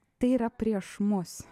tai yra prieš mus